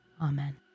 Amen